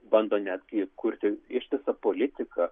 bando netgi kurti ištisą politiką